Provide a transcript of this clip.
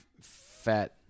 fat